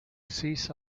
cease